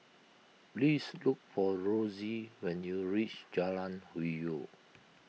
please look for Rosey when you reach Jalan Hwi Yoh